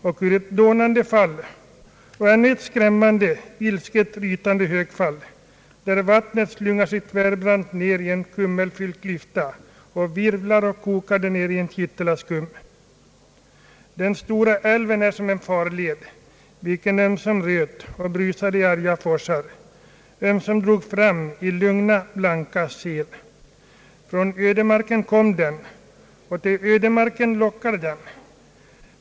Och nu ett dånande fall, — och ännu ett skrämmande, ilsket rytande högfall, där vattnet slungar sig tvärbrant ner i en kummelfylld klyfta och virvlar och kokar därnere i en kittel av skum. ——— Den stora älven är som en farled, vilken ömsom röt och brusade i arga forsar, ömsom drog fram i lugna, blanka sel. Från ödemarken kom den, och till ödemarken lockade den.